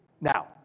Now